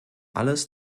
alles